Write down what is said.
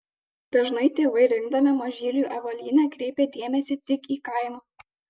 dažnai tėvai rinkdami mažyliui avalynę kreipia dėmesį tik į kainą